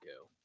go